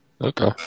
Okay